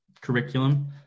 curriculum